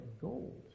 gold